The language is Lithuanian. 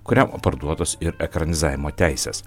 kuriam parduotos ir ekranizavimo teisės